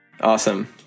awesome